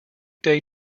day